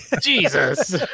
Jesus